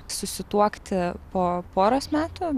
susituokti po poros metų